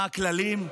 מה הכללים?